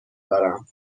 دارم